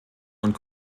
und